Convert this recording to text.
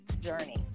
journey